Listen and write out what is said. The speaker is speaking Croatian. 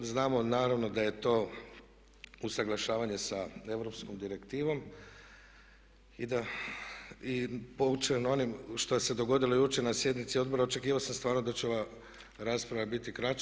Znamo naravno da je to usaglašavanje sa europskom direktivom i poučen onim što se dogodilo jučer na sjednici odbora očekivao sam stvarno da će ova rasprava biti kraća.